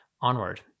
onward